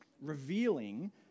revealing